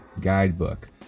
guidebook